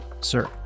sir